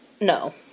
No